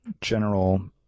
general